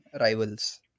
rivals